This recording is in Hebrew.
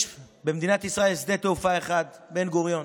במדינת ישראל יש שדה תעופה אחד, בן-גוריון.